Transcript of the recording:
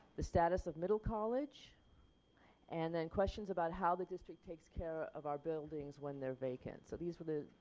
the status of middle college and then questions about how the district takes care of our buildings when they are vacant. so these were the,